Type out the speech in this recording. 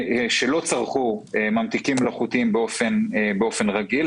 שלא צרכו ממתיקים מלאכותיים באופן רגיל,